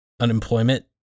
unemployment